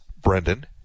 Brendan